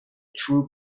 true